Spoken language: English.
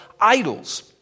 idols